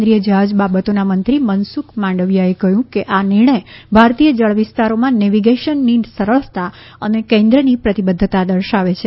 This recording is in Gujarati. કેન્દ્રિય જહાજ બાબતોના મંત્રી મનસુખ માંડવીયાએ કહ્યું કે આ નિર્ણય ભારતીય જળવિસ્તારોમાં નેવિ ગેશનની સરળતા માટે કેન્દ્રની પ્રતિબદ્ધતા દર્શાવે છે